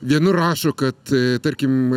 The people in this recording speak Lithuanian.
vienur rašo kad tarkim